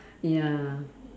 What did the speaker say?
ya